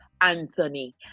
anthony